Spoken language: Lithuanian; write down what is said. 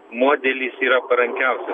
modelis yra parankiausia